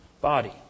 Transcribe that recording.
body